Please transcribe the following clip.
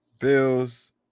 Bills